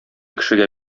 кешегә